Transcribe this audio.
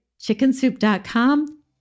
chickensoup.com